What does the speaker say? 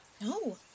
No